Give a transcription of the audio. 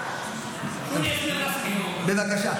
תגיד לה: מה לקחת?